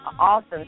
awesome